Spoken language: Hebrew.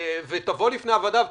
היא תבוא בפני הוועדה ותגיד: